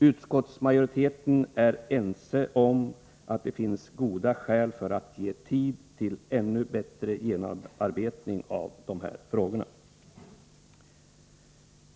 Utskottsmajoriteten är ense om att det finns goda skäl för att ge tid till ännu bättre genomarbetning av dessa frågor.